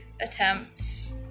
attempts